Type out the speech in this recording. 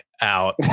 out